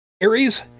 Aries